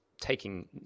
taking